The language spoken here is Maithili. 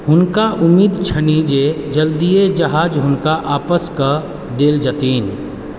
हुनका उम्मीद छनि जे जल्दिए जहाज हुनका वापस कऽ देल जेतनि